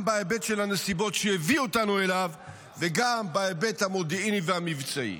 גם בהיבט של הנסיבות שהביאו אותנו אליו וגם בהיבט המודיעיני והמבצעי.